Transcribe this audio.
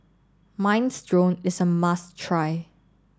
Minestrone is a must try